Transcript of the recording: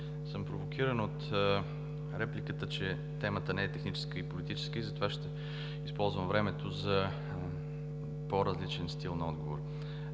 съм провокиран от репликата, че темата не е техническа и политическа, и ще използвам времето за по-различен стил на отговор.